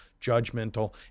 judgmental